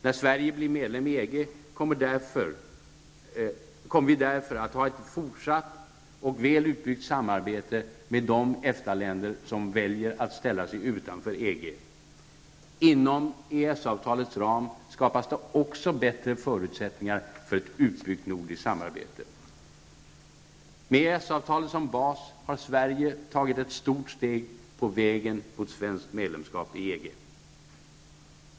När Sverige blir medlem i EG kommer vi därför att fortsatt ha ett väl utbyggt samarbete med de EFTA länder som väljer att stå utanför EG. Inom EES avtalets ram skapas också bättre förutsättningar för ett utbyggt nordiskt samarbete. Med EES-avtalet som bas har Sverige tagit ett stort steg på vägen mot medlemskap i EG.